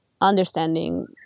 understanding